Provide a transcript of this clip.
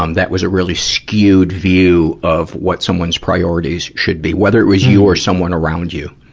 um that was really skewed view of what someone's priorities should be, whether it was you or someone around you?